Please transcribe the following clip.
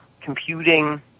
computing